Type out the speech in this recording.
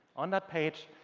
on that page,